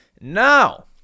now